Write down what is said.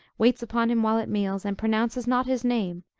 waits upon him while at meals, and pronounces not his name,